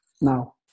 now